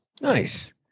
Nice